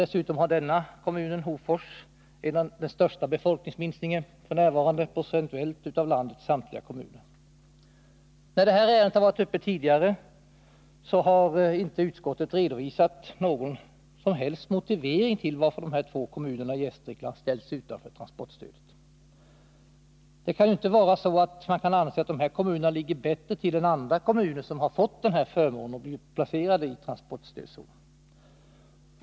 Dessutom har Hofors f. n. den största befolkningsminskningen procentuellt av landets samtliga kommuner. När det här ärendet tidigare har varit uppe till behandling har inte utskottet redovisat någon som helst motivering till att dessa två kommuner i Gästrikland ställs utanför transportstödet. Man kan inte anse att dessa kommuner ligger bättre till än andra kommuner som har fått förmånen att bli inplacerade i transportstödszon.